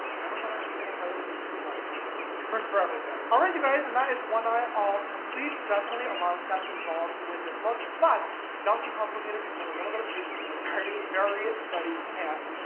never thought i'd be saying a highlight would be too bright, but i guess there's a first for everything. all right you guys, and that is one eye all complete. definitely a lot of steps involved with this look, but not too complicated if you have a little bit of patience and a very, very steady hand.